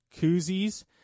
koozies